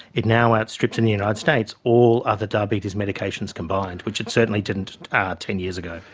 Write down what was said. it now outstrips in the united states all other diabetes medications combined, which it certainly didn't ten years ago.